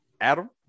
adam